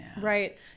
right